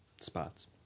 Spots